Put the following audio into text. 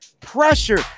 pressure